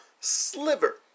sliver